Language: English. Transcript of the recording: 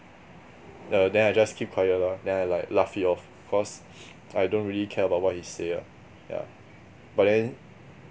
yeah then I just keep quiet lor then I like laugh it off because I don't really care about what he say lah yeah but then